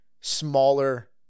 smaller